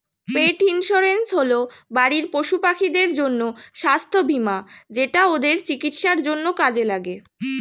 পেট insurance হল বাড়ির পশুপাখিদের জন্য স্বাস্থ্য বীমা যেটা ওদের চিকিৎসার জন্য কাজে লাগে